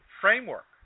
framework